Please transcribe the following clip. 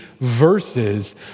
verses